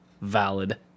valid